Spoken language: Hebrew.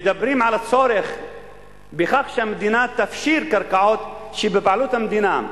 מדברים על הצורך בכך שהמדינה תפשיר קרקעות שבבעלות המדינה,